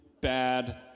bad